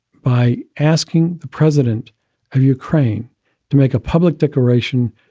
by asking the president of ukraine to make a public declaration